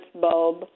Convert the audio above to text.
bulb